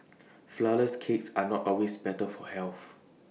Flourless Cakes are not always better for health